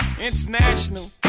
International